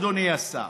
אדוני השר,